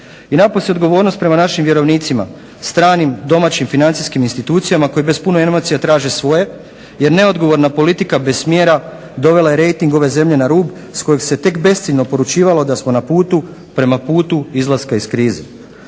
I napose odgovornost prema našim vjerovnicima, stranim, domaćim financijskim institucijama koje bez puno emocija traže svoje jer neodgovorna politika bez smjera dovela je rejting ove zemlje na rub s kojeg se tek besciljno poručivalo da smo na putu prema putu izlaska iz krize.